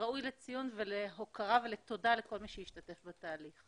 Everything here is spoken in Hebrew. ראוי לציון ולהוקרה לכל מי שהשתתף בתהליך.